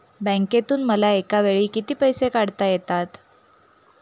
बँकेतून मला एकावेळी किती पैसे काढता येतात?